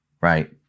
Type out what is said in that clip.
Right